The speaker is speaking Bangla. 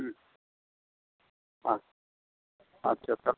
হুম আচ্ছা আচ্ছা তার